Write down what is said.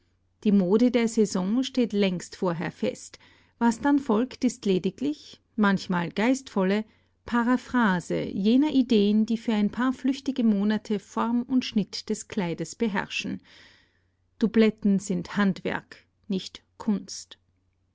die mode der saison steht längst vorher fest was dann folgt ist lediglich manchmal geistvolle paraphrase jener ideen die für ein paar flüchtige monate form und schnitt des kleides beherrschen doubletten sind handwerk nicht kunst